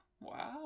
Wow